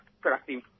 productive